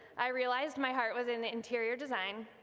i realized my heart was in interior design,